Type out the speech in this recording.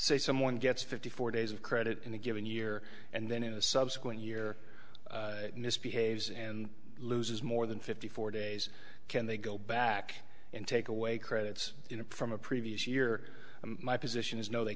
say someone gets fifty four days of credit in a given year and then in a subsequent year misbehaves and loses more than fifty four days can they go back and take away credits from a previous year my position is no they